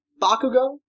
Bakugo